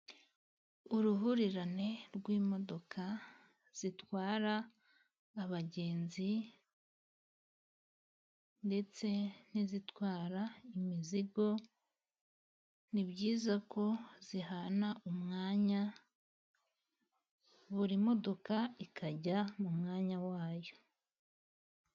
Uruhurirane rw'imodoka zitwara abagenzi ndetse n'izitwara imizigo, ni byiza ko zihana umwanya buri modoka ikajya mu mwanya wayo.